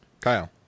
Kyle